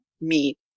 meat